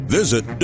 Visit